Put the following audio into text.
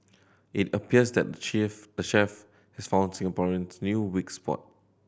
it appears that the chief the chef has found Singaporeans' new weak spot